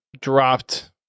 dropped